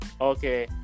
Okay